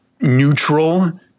neutral